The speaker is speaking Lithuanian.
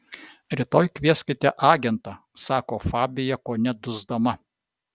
rytoj kvieskite agentą sako fabija kone dusdama